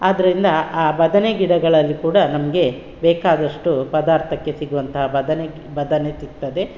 ಆದ್ದರಿಂದ ಆ ಬದನೆ ಗಿಡಗಳಲ್ಲಿ ಕೂಡ ನಮಗೆ ಬೇಕಾದಷ್ಟು ಪದಾರ್ಥಕ್ಕೆ ಸಿಗುವಂತಹ ಬದನೆ ಬದನೆ ಸಿಗ್ತದೆ